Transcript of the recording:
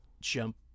jump